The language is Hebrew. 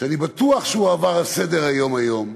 שאני בטוח שהוא עבר על סדר-היום היום,